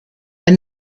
and